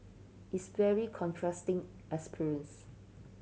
it's very contrasting experience